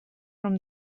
from